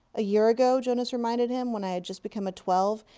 a year ago, jonas reminded him, when i had just become a twelve,